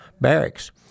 barracks